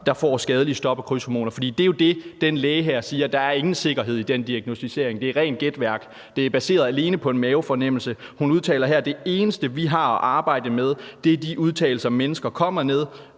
der får skadelige stop- og krydshormoner? Det er jo det, den læge her siger, nemlig at der ikke er nogen sikkerhed i den diagnosticering. Det er rent gætværk. Det er baseret alene på en mavefornemmelse. Hun udtaler her: Det eneste, vi har at arbejde med, er de udtalelser, mennesker kommer med,